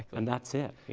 and that's it.